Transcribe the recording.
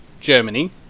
Germany